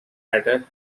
batter